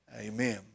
Amen